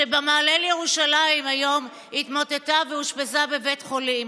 שבמעלה לירושלים היום התמוטטה ואושפזה בבית חולים.